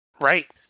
Right